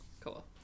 Cool